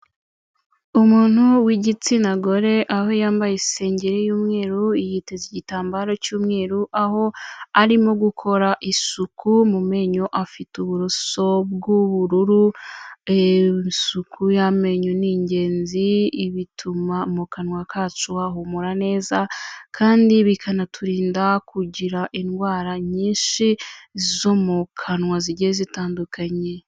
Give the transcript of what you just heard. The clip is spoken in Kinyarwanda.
Umuntu w'igitsina gore aho yambaye isengeri y'umweru yiteza igitambaro cy'umweru aho arimo gukora isuku mu menyo afite uburoso bw'ubururu, isuku y'amenyo ni ingenzi bituma mu kanwa kacu hahumura neza kandi bikanaturinda kugira indwara nyinshi zo mu kanwa zigiye zitandukanye.